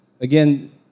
again